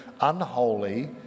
unholy